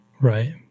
Right